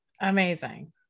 Amazing